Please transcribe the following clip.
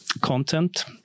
content